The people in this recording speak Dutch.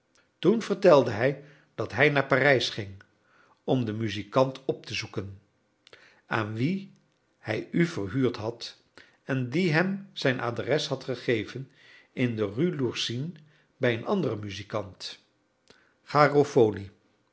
toen vertelde hij dat hij naar parijs ging om den muzikant op te zoeken aan wien hij u verhuurd had en die hem zijn adres had gegeven in de rue lourcine bij een anderen muzikant garofoli